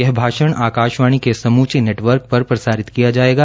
यह भाषण आकाशवाणी के समूचे नेटवर्क पर प्रसारित किया जायेगा